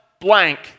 blank